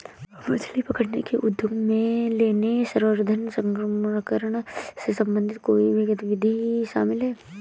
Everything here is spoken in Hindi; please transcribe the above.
मछली पकड़ने के उद्योग में लेने, संवर्धन, प्रसंस्करण से संबंधित कोई भी गतिविधि शामिल है